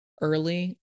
early